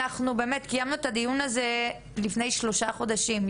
אנחנו באמת קיימנו כבר את הדיון הזה לפני שלושה חודשים,